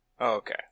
Okay